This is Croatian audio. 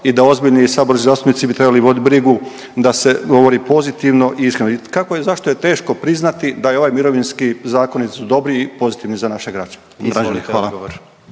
i da ozbiljni saborski zastupnici bi trebali voditi brigu da se govori pozitivno i iskreno. I kako je i zašto je teško priznati da je ovaj mirovinski zakoni su dobri i pozitivni za naše građane?